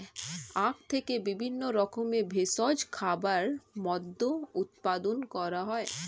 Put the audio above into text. আখ থেকে বিভিন্ন রকমের ভেষজ খাবার, মদ্য উৎপাদন করা হয়